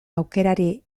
aukerari